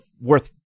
worth